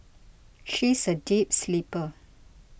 she is a deep sleeper